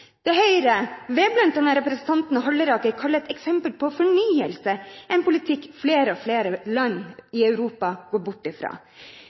Det Høyre, ved bl.a. representanten Halleraker, kalte et eksempel på «fornyelse», er en politikk flere og flere land i Europa går bort